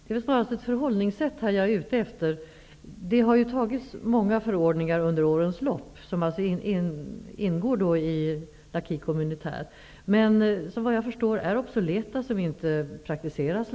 Herr talman! Det är snarast ett förhållningssätt som jag här är ute efter. Många förordningar har ju antagits under årens lopp -- förordningar som ingår i ''l'acquis communautaire'', som är obsoleta och alltså inte längre praktiseras.